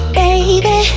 baby